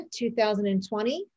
2020